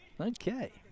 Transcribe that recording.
Okay